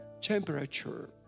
temperature